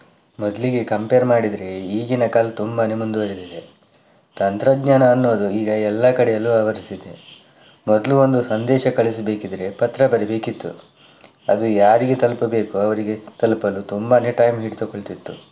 ಮೊದಲಿಗೆ ಕಂಪೇರ್ ಮಾಡಿದರೆ ಈಗಿನ ಕಾಲ ತುಂಬಾನೇ ಮುಂದುವರೆದಿದೆ ತಂತ್ರಜ್ಞಾನ ಅನ್ನೋದು ಈಗ ಎಲ್ಲ ಕಡೆಯಲ್ಲೂ ಆವರಿಸಿದೆ ಮೊದಲು ಒಂದು ಸಂದೇಶ ಕಳಿಸ್ಬೇಕಿದ್ರೆ ಪತ್ರ ಬರಿಬೇಕಿತ್ತು ಅದು ಯಾರಿಗೆ ತಲುಪಬೇಕು ಅವರಿಗೆ ತಲುಪಲು ತುಂಬಾನೇ ಟೈಮ್ ಹಿಡಿದುಕೊಳ್ತಿತ್ತು